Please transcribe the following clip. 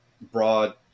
broad